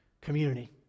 community